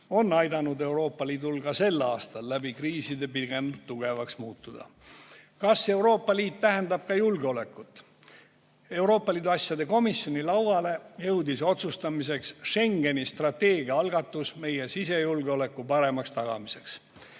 on aidanud Euroopa Liidul ka sel aastal kriisides pigem tugevaks muutuda. Kas Euroopa Liit tähendab ka julgeolekut? Euroopa Liidu asjade komisjoni lauale jõudis otsustamiseks Schengeni strateegia algatus meie sisejulgeoleku paremaks tagamiseks.